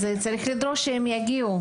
צריך לדרוש שהם יגיעו.